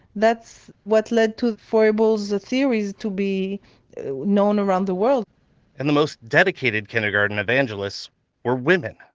that's what led to froebel's theories to be known around the world and the most dedicated kindergarten evangelists were women.